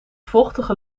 vochtige